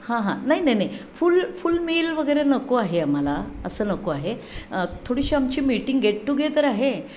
हां हां नाही नाही नाही फुल फुल मील वगैरे नको आहे आम्हाला असं नको आहे थोडीशी आमची मीटिंग गेट टुगेदर आहे